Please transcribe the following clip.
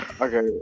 Okay